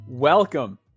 Welcome